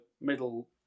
middle